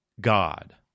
God